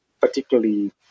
particularly